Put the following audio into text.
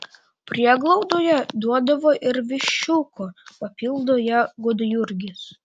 prieglaudoje duodavo ir viščiuko papildo ją gudjurgis